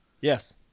Yes